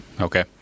Okay